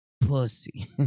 Pussy